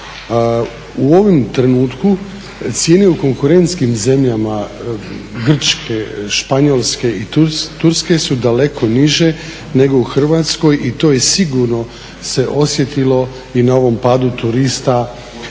U ovom trenutku cijene u konkurentskim zemljama Grčke, Španjolske i Turske su daleko niže nego u Hrvatskoj i to se sigurno osjetilo i na ovom padu turista